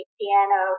piano